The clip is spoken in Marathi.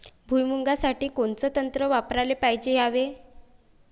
भुइमुगा साठी कोनचं तंत्र वापराले पायजे यावे?